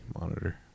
monitor